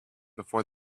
before